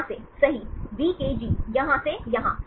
यहाँ से सही VKG यहाँ से यहाँ